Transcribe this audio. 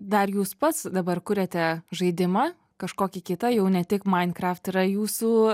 dar jūs pats dabar kuriate žaidimą kažkokį kitą jau ne tik minecraft yra jūsų